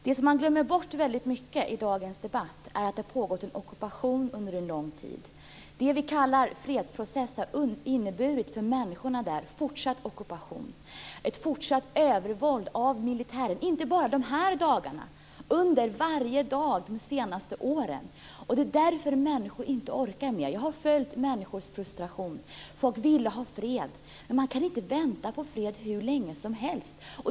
Det som man ofta glömmer bort i dagens debatt är att det har pågått en ockupation under en lång tid. Det vi kallar fredsprocess har för människorna där inneburit fortsatt ockupation och ett fortsatt övervåld från militären. Det gäller inte bara dessa dagar, utan varje dag de senaste åren. Det är därför människor inte orkar mer. Jag har följt människors frustration. Folk ville ha fred, men man kan inte vänta på fred hur länge som helst.